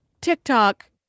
TikTok